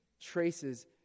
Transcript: traces